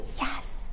Yes